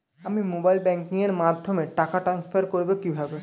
আমি mobile banking এর মাধ্যমে টাকা টান্সফার করব কিভাবে?